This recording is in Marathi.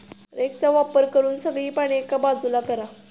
रेकचा वापर करून सगळी पाने एका बाजूला करा